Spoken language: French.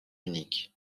unique